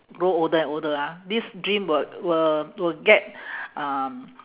grow older and older ah this dream will will will get um